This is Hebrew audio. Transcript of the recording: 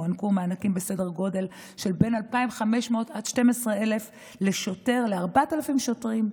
הוענקו מענקים בסדר גודל של מ-2,500 עד 12,000 לשוטר ל-4,000 שוטרים.